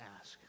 ask